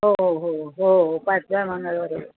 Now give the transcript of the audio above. हो हो हो हो हो हो पाचव्या मंगळवारी